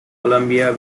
colombia